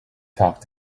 talk